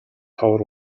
ховор